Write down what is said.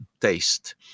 taste